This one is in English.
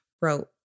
wrote